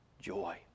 Joy